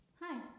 hi